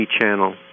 channel